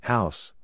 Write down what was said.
House